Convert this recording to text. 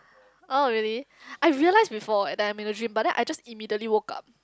orh really I realised before that I'm in a dream but then I just immediately woke up